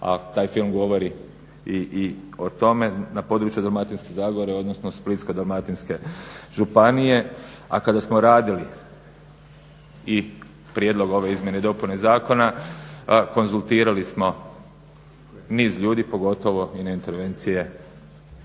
a taj film govori i o tome na području Dalmatinske zagore, odnosno Splitsko-dalmatinske županije a kada smo radili i prijedlog ove izmjene i dopune zakona konzultirali smo niz ljudi pogotovo i na intervencije